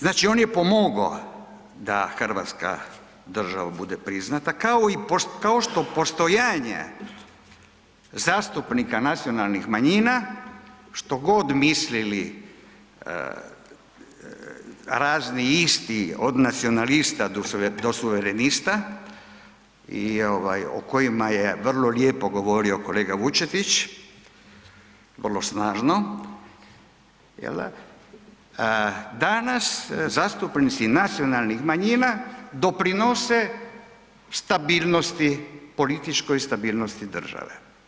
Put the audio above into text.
Znači on je pomogao da hrvatska država bude priznata kao što postojanja zastupnika nacionalnih manjina, što god mislili razni isti od nacionalista do suverenista i o kojima je vrlo lijepo govorio kolega Vučetić, vrlo snažno, jel' da, danas zastupnici nacionalnih manjina doprinose stabilnosti, političkoj stabilnosti države.